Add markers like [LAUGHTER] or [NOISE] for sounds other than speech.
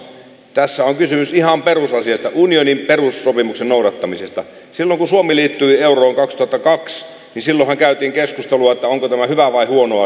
tässä on kysymys ihan perusasiasta unionin perussopimuksen noudattamisesta silloin kun suomi liittyi euroon kaksituhattakaksi me kävimme keskustelua siitä onko tämä hyvä vai huono [UNINTELLIGIBLE]